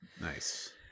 Nice